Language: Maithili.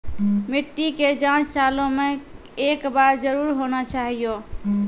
मिट्टी के जाँच सालों मे एक बार जरूर होना चाहियो?